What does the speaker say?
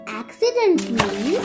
accidentally